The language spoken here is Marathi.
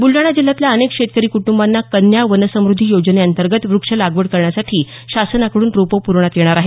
बुलडाणा जिल्ह्यातल्या अनेक शेतकरी कुटुंबांना कन्या वन समृध्दी योजनेनेअंतर्गत वृक्ष लागवड करण्यासाठी शासनाकडून रोपं पुरवण्यात येणार आहेत